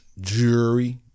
jewelry